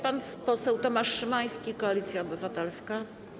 Pan poseł Tomasz Szymański, Koalicja Obywatelska.